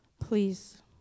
Please